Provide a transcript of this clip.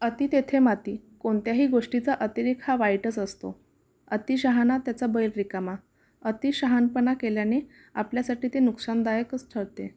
अति तेथे माती कोणत्याही गोष्टीचा अतिरेक हा वाईटच असतो अति शहाणा त्याचा बैल रिकामा अति शहाणपणा केल्याने आपल्यासाठी ते नुकसानदायकच ठरते